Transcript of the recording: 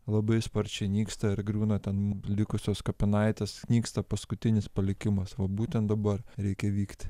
labai sparčiai nyksta ir griūna ten likusios kapinaitės nyksta paskutinis palikimas va būtent dabar reikia vykti